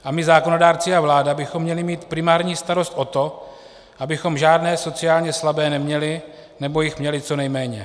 A my zákonodárci a vláda bychom měli mít primární starost o to, abychom žádné sociálně slabé neměli, nebo jich měli co nejméně.